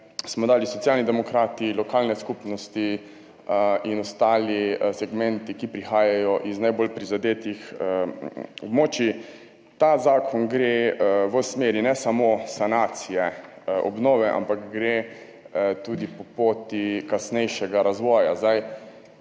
jih dali Socialni demokrati, lokalne skupnosti in ostali segmenti, ki prihajajo z najbolj prizadetih območij. Ta zakon gre v smer ne samo sanacije in obnove, ampak gre tudi po poti kasnejšega razvoja.